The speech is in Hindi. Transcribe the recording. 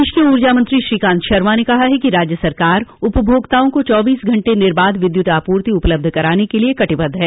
प्रदेश के ऊर्जा मंत्री श्रीकांत शर्मा ने कहा है कि राज्य सरकार उपभोक्ताओं को चौबीस घंटे निर्बाध विद्युत आपूर्ति उपलब्ध कराने के लिए कटिबद्ध है